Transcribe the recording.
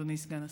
אדוני סגן השר.